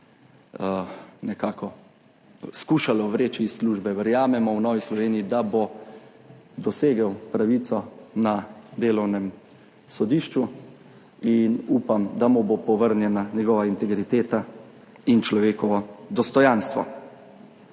nekako skušalo vreči iz službe. V Novi Sloveniji verjamemo, da bo dosegel pravico na Delovnem sodišču in upam, da mu bo povrnjena njegova integriteta in človekovo dostojanstvo.